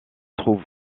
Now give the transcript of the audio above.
trouve